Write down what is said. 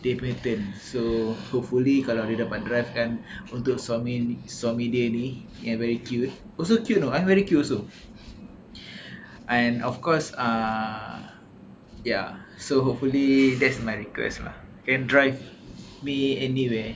dia punya turn so hopefully kalau dia dapat drive kan untuk suami suami dia ni yang very cute ni also cute you know I'm very cute also and of course ah ya so hopefully that's my request mah and drive me anywhere